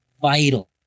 vital